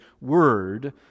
Word